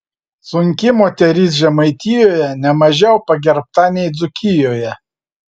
sunki moteris žemaitijoje ne mažiau pagerbta nei dzūkijoje